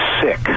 sick